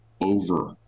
over